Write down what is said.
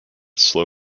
slow